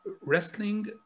Wrestling